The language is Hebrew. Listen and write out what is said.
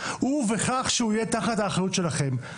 ובכך שהוא יהיה תחת האחריות שלכם.